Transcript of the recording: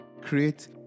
create